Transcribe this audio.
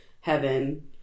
heaven